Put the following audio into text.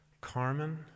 Carmen